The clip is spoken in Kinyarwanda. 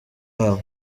wabo